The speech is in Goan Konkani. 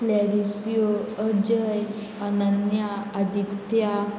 लॅलिस्यो अजय अनन्या आदित्या